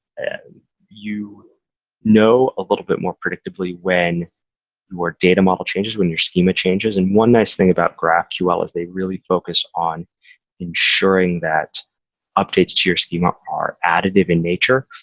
and you know a little bit more predictably when your data model changes, when your schema changes, and one nice thing about graphql is they really focus on ensuring that updates to your schema are additive in nature.